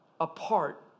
Apart